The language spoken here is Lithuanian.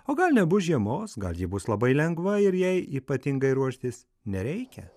o gal nebus žiemos gal ji bus labai lengva ir jai ypatingai ruoštis nereikia